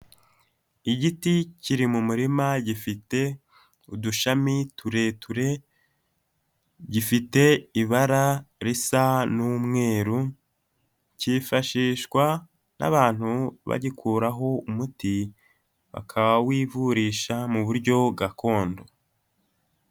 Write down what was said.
Igiti kiri mu murima gifite udushami tureture, gifite ibara risa n'umweru, cyifashishwa n'abantu bagikuraho umuti bakawivurisha mu buryo gakondo.